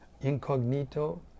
incognito